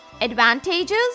advantages